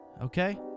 Okay